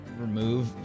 remove